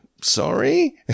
sorry